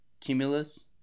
Cumulus